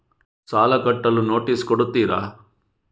ಸಾಲ ಕಟ್ಟಲು ನೋಟಿಸ್ ಕೊಡುತ್ತೀರ?